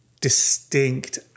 distinct